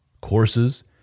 courses